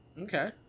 Okay